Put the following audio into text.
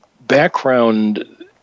background